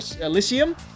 Elysium